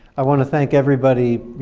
i want to thank everybody, you